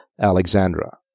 Alexandra